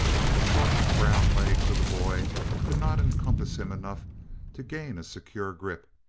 when the short brown legs of the boy could not encompass him enough to gain a secure grip,